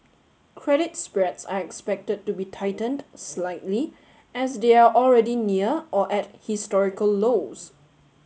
credit spreads are expected to be tightened slightly as they are already near or at historical lows